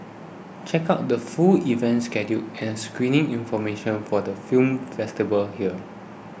check out the full event schedule and screening information for the film festival here